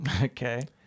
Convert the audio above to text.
Okay